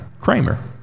Kramer